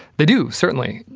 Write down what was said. they do, certainly.